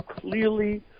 clearly